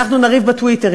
אנחנו נריב בטוויטר,